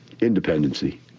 independency